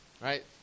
right